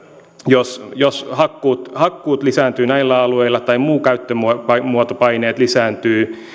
jos jos hakkuut hakkuut lisääntyvät näillä alueilla tai muut käyttömuotopaineet lisääntyvät